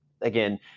Again